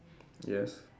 yes